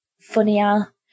funnier